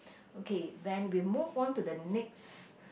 okay then we move on to the next